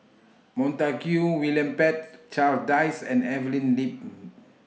Montague William Pett Charles Dyce and Evelyn Lip